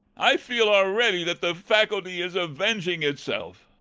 i feel already that the faculty is avenging itself.